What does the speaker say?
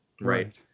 Right